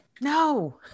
no